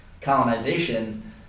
colonization